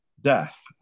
death